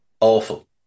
Awful